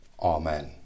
Amen